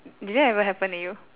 did that ever happen to you